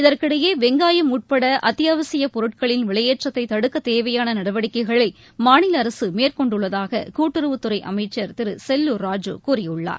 இதற்கிடையே வெங்காயம் உள்பட அதியாவசியப் பொருட்களின் விலையேற்றத்தை தடுக்க தேவையான நடவடிக்கைகளை மாநில அரசு மேற்கொண்டுள்ளதாக கூட்டுறவுத் துறை அமைச்சர் திரு செல்லூர் ராஜூ கூறியுள்ளார்